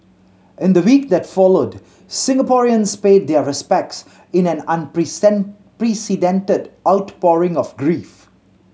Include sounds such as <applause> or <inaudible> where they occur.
in the week that followed Singaporeans paid their respects in an <unintelligible> outpouring of grief